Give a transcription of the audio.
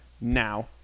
Now